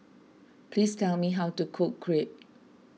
please tell me how to cook Crepe